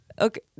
Okay